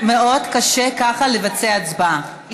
מאוד קשה ככה לבצע הצבעה.